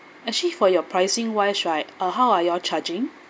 actually for your pricing wise right uh how are you all charging